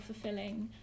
fulfilling